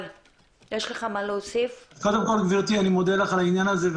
אני מודה לך על העניין הזה,